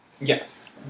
Yes